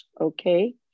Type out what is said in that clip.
okay